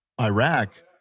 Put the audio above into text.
Iraq